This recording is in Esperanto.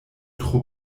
tro